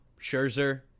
Scherzer